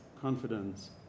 confidence